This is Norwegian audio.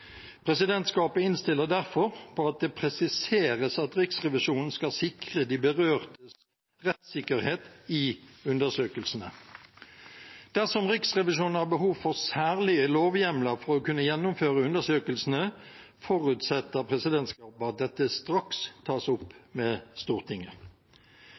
Presidentskapet innstiller derfor på at det presiseres at Riksrevisjonen skal sikre de berørtes rettssikkerhet i undersøkelsene. Dersom Riksrevisjonen har behov for særlige lovhjemler for å kunne gjennomføre undersøkelsene, forutsetter presidentskapet at dette straks tas opp med Stortinget.